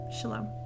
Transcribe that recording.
Shalom